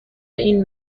این